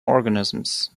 organisms